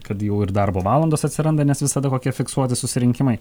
kad jau ir darbo valandos atsiranda nes visada kokie fiksuoti susirinkimai